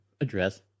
address